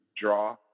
draw